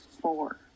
four